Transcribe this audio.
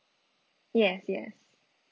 yes yes